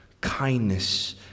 kindness